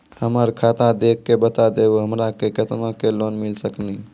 हमरा खाता देख के बता देहु हमरा के केतना के लोन मिल सकनी?